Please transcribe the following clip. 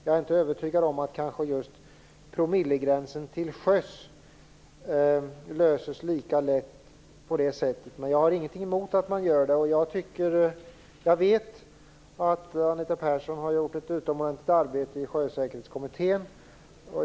Jag är inte övertygad om att just promillegränsen till sjöss löses lika lätt på det sättet, men jag har ingenting emot att man gör det. Jag vet att Anita Persson har gjort ett utomordentligt arbete i Sjösäkerhetskommittén.